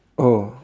oh